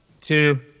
two